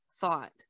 thought